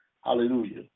Hallelujah